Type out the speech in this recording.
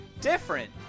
different